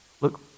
Look